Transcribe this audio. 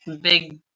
big